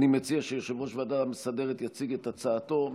אני מציע שיושב-ראש הוועדה המסדרת יציג את הצעתו,